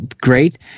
great